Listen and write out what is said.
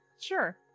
Sure